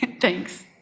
thanks